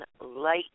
light